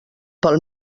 pel